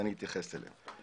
ואני אתייחס אליהם.